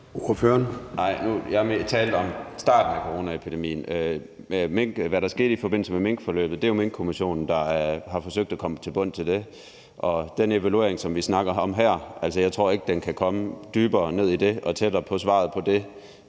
jeg talte om starten af coronaepidemien. Hvad der skete i forbindelse med minkforløbet, har Minkkommissionen jo forsøgt at komme til bunds i. Og den evaluering, som vi snakker om her, tror jeg ikke kan komme dybere ned i det og tættere på svaret på det